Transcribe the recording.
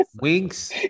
Winks